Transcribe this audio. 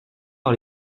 par